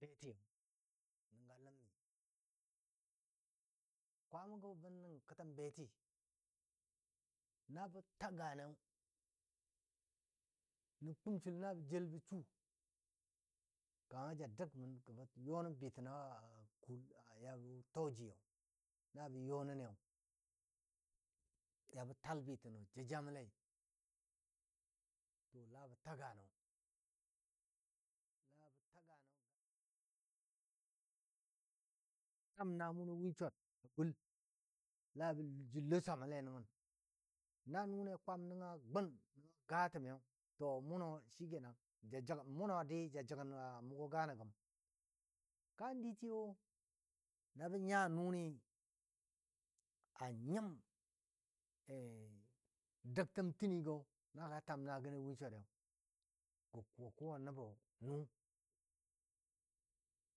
Jʊ mə nyuwa ləmale a mʊgɔ məlmi gəmi na ji kiyo kelle a dulgəno gəmiu a kwama go gəmi yau guntəm məndi a lɔ beti yau gwanan beti yau nənga ləm mikwama go bən nə kətən beti na bə ta ganiyau nə kə tə kʊm sil na bɔ jel be sukanga ja dəgben gɔ ya bə too bɨn bəntəna kuli yau na bə you nə ni ya bə tal bɨtəno ja jamɔ le di labɔ ta gano gan ni bə tale tam namʊ no win swar a gul labɔ lo swamo le nən na nuni a kwam nəngo gun a ga təmi to muno shikenan muno ja jəgəna a mugo gano gəm kan diti yauna bə nyaa nuni. nyim dəgtəm təni gi gə kuwa kuwa nəbo nu,